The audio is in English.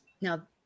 Now